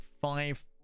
five